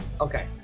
okay